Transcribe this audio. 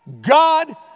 God